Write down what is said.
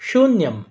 शून्यम्